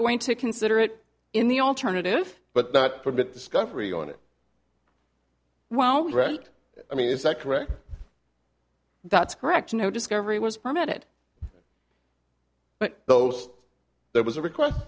going to consider it in the alternative but not permit discovery on it well right i mean is that correct that's correct no discovery was permitted but those there was a request